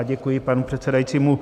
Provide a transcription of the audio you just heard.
Děkuji panu předsedajícímu.